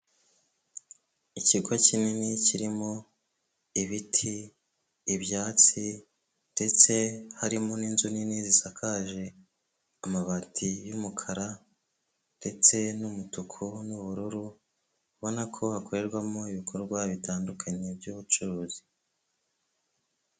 Ikigo kinini kirimo ibiti, ibyatsi ndetse harimo n'inzu nini zisakaje amabati y'umukara ndetse n'umutuku n'ubururu ubona ko hakorerwamo ibikorwa bitandukanye by'ubucuruzi.